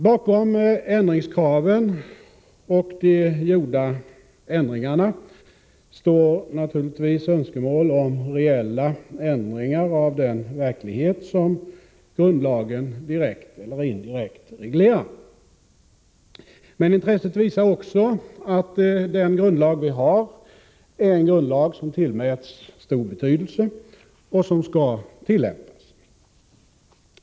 Bakom ändringskraven och de gjorda ändringarna står naturligtvis önskemål om reella ändringar av den verklighet som grundlagen direkt eller indirekt reglerar. Men intresset visar också att den grundlag vi har är en grundlag som tillmäts stor betydelse och som skall tillämpas.